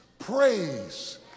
praise